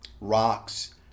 rocks